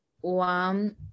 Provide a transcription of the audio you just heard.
one